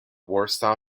warsaw